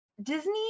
Disney